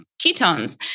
ketones